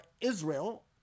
Israel